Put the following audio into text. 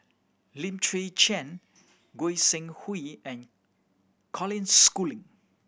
Lim Chwee Chian Goi Seng Hui and Colin Schooling